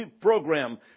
program